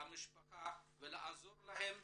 המשפחה ולעזור להם